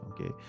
Okay